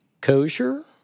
kosher